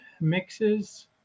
mixes